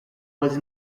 was